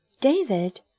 David